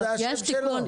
שראשית,